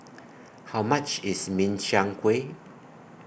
How much IS Min Chiang Kueh